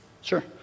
Sure